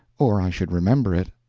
or i should remember it.